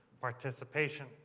participation